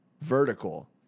vertical